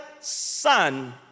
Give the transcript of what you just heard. Son